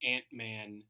Ant-Man